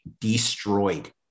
destroyed